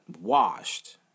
washed